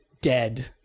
dead